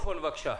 בבקשה.